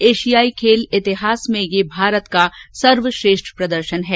एशियाई खेल इतिहास में यह भारत का सर्वश्रेष्ठ प्रदर्शन है